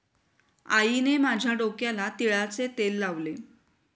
आईने माझ्या डोक्याला तिळाचे तेल लावले